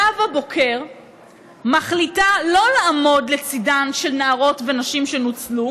נאווה בוקר מחליטה לא לעמוד לצידן של נערות ונשים שנוצלו